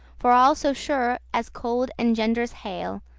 for all so sure as cold engenders hail,